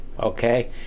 Okay